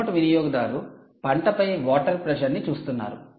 remote వినియోగదారు పంటపై water ప్రెషర్ని చూస్తున్నారు